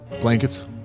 blankets